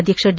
ಅಧ್ಯಕ್ಷ ಡಿ